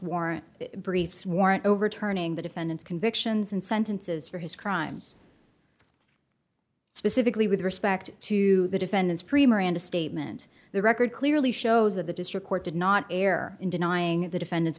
warrant briefs warrant overturning the defendant's convictions and sentences for his crimes specifically with respect to the defendant's premer and a statement the record clearly shows that the district court did not err in denying the defendant's